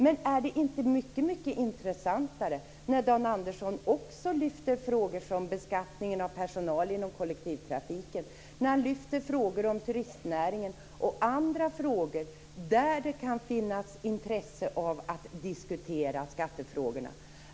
Men är det inte mycket intressantare när Dan Andersson också lyfter fram frågor som beskattningen av personal inom kollektivtrafiken, turistnäringen och andra frågor där det kan finnas intresse av att diskutera skattefrågorna?